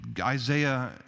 Isaiah